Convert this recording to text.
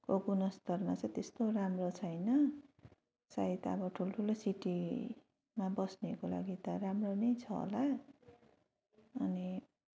को गुणस्तरमा चाहिँ त्यस्तो राम्रो छैन सायद अब ठुल्ठुलो सिटीमा बस्नेहरूको लागि त राम्रो नै छ होला अनि